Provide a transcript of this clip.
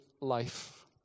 life